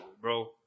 bro